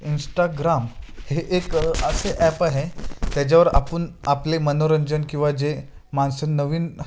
Instagram हे एक असे ॲप आहे त्याच्यावर आपण आपले मनोरंजन किंवा जे माणसं नवीन